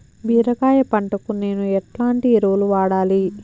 బీరకాయ పంటకు నేను ఎట్లాంటి ఎరువులు వాడాలి?